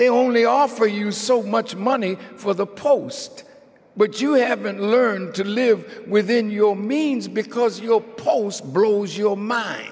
they only offer you so much money for the post but you haven't learned to live within your means because your post proves your mind